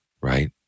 right